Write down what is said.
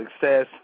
success